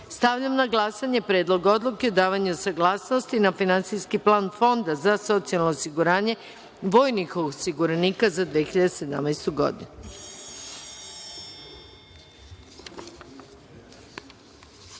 godinu. Stavljam na glasanje Predlog odluke o davanju saglasnosti za Finansijski plan Fonda za socijalno osiguranje vojnih osiguranika za 2017.